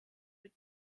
mit